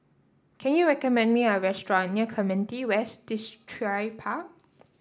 can you recommend me a restaurant near Clementi West Distripark